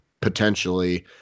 potentially